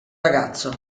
ragazzo